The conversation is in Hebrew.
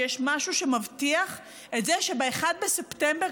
שיש משהו שמבטיח את זה שב-1 בספטמבר,